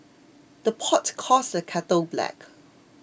the pot calls the kettle black